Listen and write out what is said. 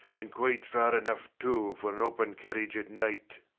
and quite far enough too for an open carriage at night.